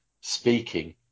speaking